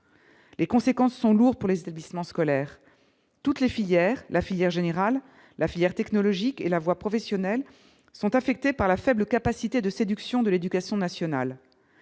les conséquences sont lourds pour les établissements scolaires toutes les filières, la filière générale, la filière technologique et la voie professionnelle sont affectés par la faible capacité de séduction de l'Éducation nationale,